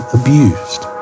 abused